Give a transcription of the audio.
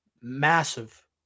massive